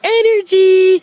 energy